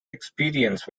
experience